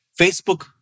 Facebook